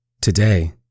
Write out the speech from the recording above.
Today